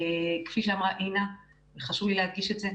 כפי שאמרה אינה וחשוב לי להדגיש את זה,